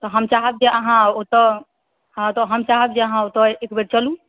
तऽ हम चाहब जे अहाँ ओतऽ हाँ तऽ हम चाहब जे अहाँ ओतऽ एकबेर चलू